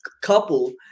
couple